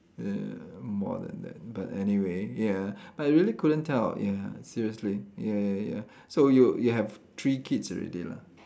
err more than that but anyway ya but I really couldn't tell ya seriously ya ya ya so you you have three kids already lah